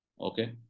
Okay